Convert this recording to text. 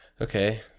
Okay